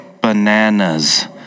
Bananas